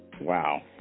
wow